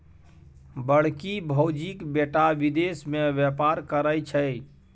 बड़की भौजीक बेटा विदेश मे बेपार करय छै